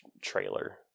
trailer